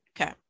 Okay